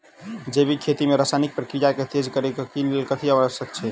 जैविक खेती मे रासायनिक प्रक्रिया केँ तेज करै केँ कऽ लेल कथी आवश्यक छै?